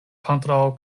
kontraŭ